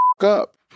up